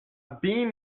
been